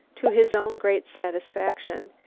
to his own great satisfaction,